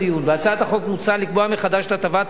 בהצעת החוק מוצע לקבוע מחדש את הטבת המס